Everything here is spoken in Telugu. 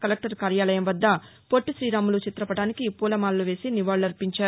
కలెక్లర్ కార్యాలయం వద్ద పొట్టి శీరాములు చితపటానికి పూలమాలలు వేసి నివాళులర్పించారు